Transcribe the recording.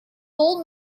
gold